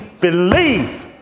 believe